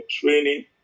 training